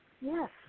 Yes